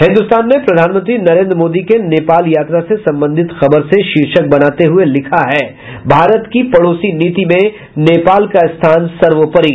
हिन्दुस्तान ने प्रधानमंत्री नरेंद्र मोदी के नेपाल यात्रा से संबंधित खबर से शीर्षक बनाते हुये लिखा है भारत की पड़ोसी नीति में नेपाल का स्थान सर्वोपरि